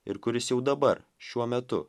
ir kuris jau dabar šiuo metu